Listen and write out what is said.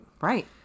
right